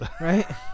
right